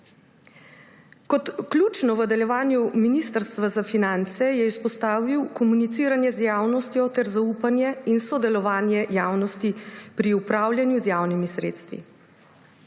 Kot ključno v delovanju Ministrstva za finance je izpostavil komuniciranje z javnostjo ter zaupanje in sodelovanje javnosti pri upravljanju z javnimi sredstvi.